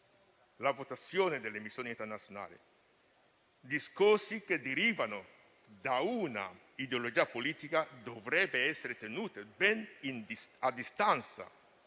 la votazione delle missioni internazionali. Discorsi che derivano da una ideologia politica dovrebbero essere tenuti ben a distanza